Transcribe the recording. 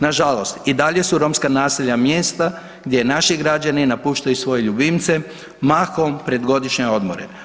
Nažalost, i dalje su romska naselja mjesta gdje naši građani napuštaju svoje ljubimce mahom pred godišnje odmore.